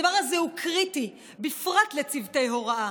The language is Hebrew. הדבר הזה הוא קריטי, בפרט לצוותי הוראה.